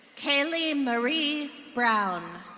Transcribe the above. kaylie marie brown.